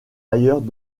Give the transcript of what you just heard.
ailleurs